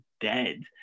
dead